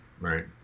right